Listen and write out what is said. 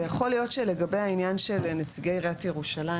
יכול להיות שלגבי העניין של נציגי עיריית ירושלים,